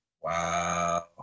Wow